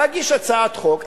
להגיש הצעת חוק,